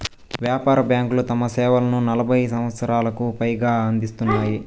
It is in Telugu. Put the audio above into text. వ్యాపార బ్యాంకులు తమ సేవలను నలభై సంవచ్చరాలకు పైగా అందిత్తున్నాయి